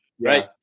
right